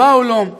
באו לו.